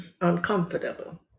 uncomfortable